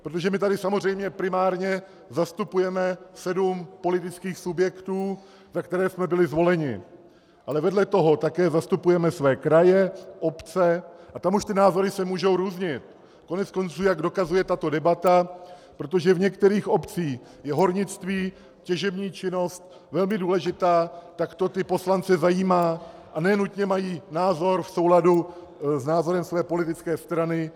Protože my tady samozřejmě primárně zastupujeme sedm politických subjektů, za které jsme byli zvoleni, ale vedle toho také zastupujeme své kraje, obce a tam už se názory můžou různit, koneckonců jak dokazuje tato debata, protože v některých obcích je hornictví, těžební činnost velmi důležitá, tak to ty poslance zajímá a ne nutně mají názor v souladu s názorem své politické strany.